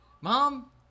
Mom